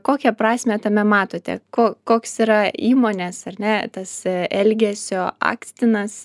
kokią prasmę tame matote ko koks yra įmonės ar ne tas elgesio akstinas